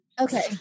okay